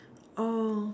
oh